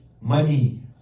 money